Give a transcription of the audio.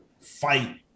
fight